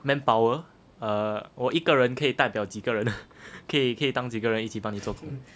manpower err 我一个人可以代表几个人 可以可以当几个人帮你做工